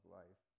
life